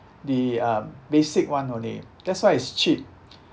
the um basic one only that's why it's cheap